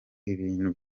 ibintu